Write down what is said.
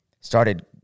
started